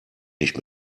nicht